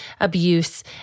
abuse